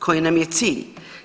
Koji nam je cilj?